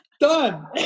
Done